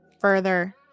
further